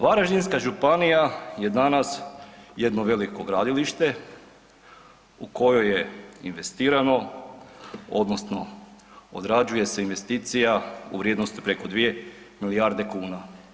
Varaždinska županija je danas jedno veliko gradilište u koje je investirano odnosno odrađuje se investicija u vrijednosti preko dvije milijarde kuna.